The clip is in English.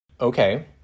Okay